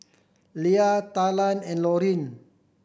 Lea Talan and Laurine